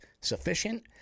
sufficient